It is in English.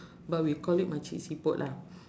but we call it makcik siput lah